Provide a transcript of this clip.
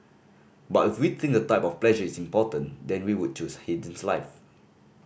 but if we think the type of pleasure is important then we would choose Haydn's life